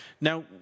Now